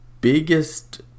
biggest